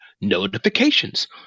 notifications